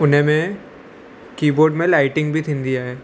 उनमें कीबोर्ड में लाइटिंग बि थींदी आहे